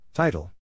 Title